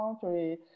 country